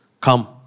come